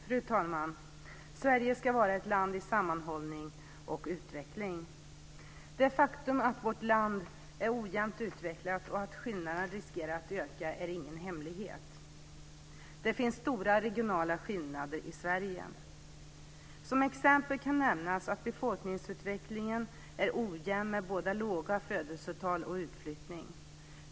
Fru talman! Sverige ska vara ett land i sammanhållning och utveckling. Det faktum att vårt land är ojämnt utvecklat och att skillnaderna riskerar att öka är ingen hemlighet. Det finns stora regionala skillnader i Sverige. Som exempel kan nämnas att befolkningsutvecklingen är ojämn med både låga födelsetal och utflyttning.